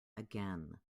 again